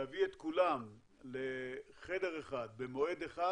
להביא את כולם לחדר אחד במועד אחד